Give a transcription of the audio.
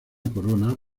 corona